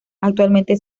actualmente